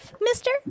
mister